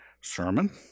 sermon